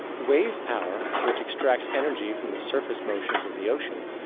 wave power, which extracts energy from the surface motions of the ocean,